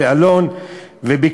אלון ועוד אחרים,